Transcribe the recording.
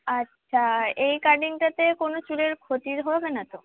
আচ্ছা এই কাটিংটাতে কোনো চুলের ক্ষতি হবে না তো